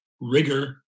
rigor